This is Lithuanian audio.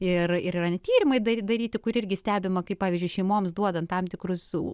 ir yra net tyrimai dar daryti kur irgi stebima kaip pavyzdžiui šeimoms duodant tam tikrus